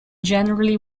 generally